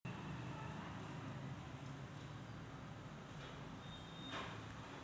पशु पोषण आवश्यकता पूर्ण करण्यासाठी खाद्य उत्पादन तयार केले जाते